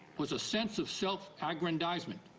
was a sense of self aggrandizement.